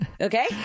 Okay